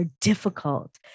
difficult